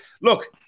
Look